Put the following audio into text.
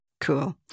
Cool